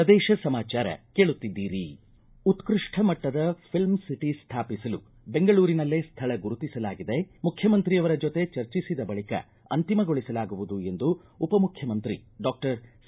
ಪ್ರದೇಶ ಸಮಾಚಾರ ಕೇಳುತ್ತಿದ್ದೀರಿ ಉತ್ಕೃಷ್ಣ ಮಟ್ಟದ ಫಿಲ್ಮ್ ಸಿಟಿ ಸ್ಥಾಪಿಸಲು ಬೆಂಗಳೂರಿನಲ್ಲೇ ಸ್ಥಳ ಗುರುತಿಸಲಾಗಿದೆ ಮುಖ್ಯಮಂತ್ರಿಯವರ ಜತೆ ಚರ್ಚಿಸಿದ ಬಳಿಕ ಅಂತಿಮಗೊಳಿಸಲಾಗುವುದು ಎಂದು ಉಪಮುಖ್ಯಮಂತ್ರಿ ಡಾಕ್ಟರ್ ಸಿ